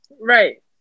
Right